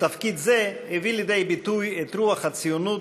בתפקיד זה הביא לידי ביטוי את רוח הציונות